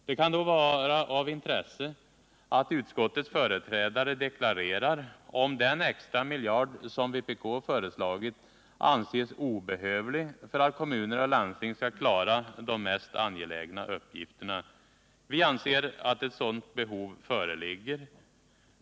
Det kan då vara av intresse att utskottets företrädare deklarerar om den extra miljard som vpk föreslagit anses obehövlig för att kommuner och landsting skall klara de mest angelägna uppgifterna. Vi anser att ett sådant behov föreligger.